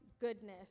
goodness